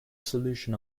solution